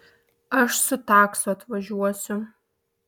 aš su taksu atvažiuosiu